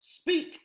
speak